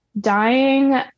dying